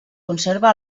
conserva